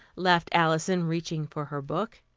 laughed alison, reaching for her book.